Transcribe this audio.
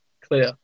clear